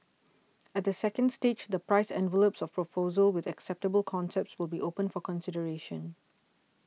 at the second stage the price envelopes of proposals with acceptable concepts will be opened for consideration